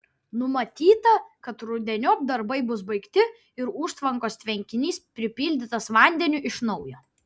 numatyta kad rudeniop darbai bus baigti ir užtvankos tvenkinys pripildytas vandeniu iš naujo